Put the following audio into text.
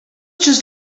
just